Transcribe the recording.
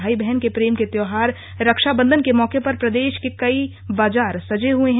भाई बहन के प्रेम के त्यौहार रक्षा बन्धन के मौके पर प्रदेश में बाजार सजे हुए हैं